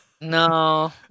No